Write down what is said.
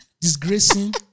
disgracing